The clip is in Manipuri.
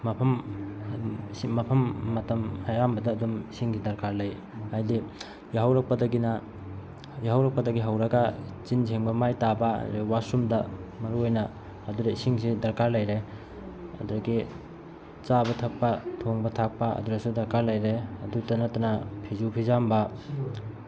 ꯃꯐꯝ ꯃꯐꯝ ꯃꯇꯝ ꯑꯌꯥꯝꯕꯗ ꯑꯗꯨꯝ ꯏꯁꯤꯡꯒꯤ ꯗꯔꯀꯥꯔ ꯂꯩ ꯍꯥꯏꯗꯤ ꯌꯥꯍꯧꯔꯛꯄꯗꯒꯤꯅ ꯌꯥꯍꯧꯔꯛꯄꯗꯒꯤ ꯍꯧꯔꯒ ꯆꯤꯟ ꯁꯦꯡꯕ ꯃꯥꯏ ꯇꯥꯕ ꯑꯗꯒꯤ ꯋꯥꯁꯔꯨꯝꯗ ꯃꯔꯨꯑꯣꯏꯅ ꯑꯗꯨꯗ ꯏꯁꯤꯡꯁꯤ ꯗꯔꯀꯥꯔ ꯂꯩꯔꯦ ꯑꯗꯨꯗꯒꯤ ꯆꯥꯕ ꯊꯛꯄ ꯊꯣꯡꯕ ꯊꯥꯛꯄ ꯑꯗꯨꯗꯁꯨ ꯗꯔꯀꯥꯔ ꯂꯩꯔꯦ ꯑꯗꯨꯇ ꯅꯠꯇꯅ ꯐꯤꯁꯨ ꯐꯤꯖꯥꯝꯕ